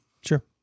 sure